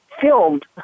filmed